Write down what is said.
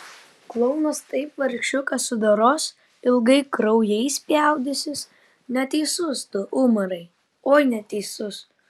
klounas taip vargšiuką sudoros ilgai kraujais spjaudysis neteisus tu umarai oi neteisus